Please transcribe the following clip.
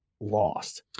lost